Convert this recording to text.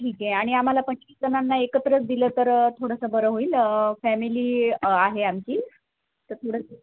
ठीक आहे आणि आम्हाला पंचवीसजणांना एकत्रच दिलं तर थोडंसं बरं होईल फॅमिली आहे आमची तर थोडंसं